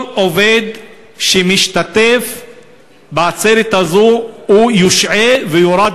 כל עובד שמשתתף בעצרת הזו יושעה ויוּרד